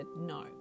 No